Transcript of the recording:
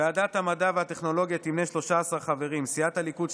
ועדת המדע והטכנולוגיה תמנה 13 חברים: סיעת הליכוד,